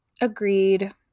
Agreed